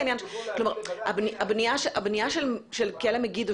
עניין ----- הבנייה של כלא "מגידו",